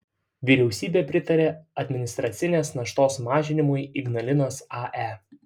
vyriausybė pritarė administracinės naštos mažinimui ignalinos ae